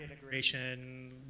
integration